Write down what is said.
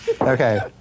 Okay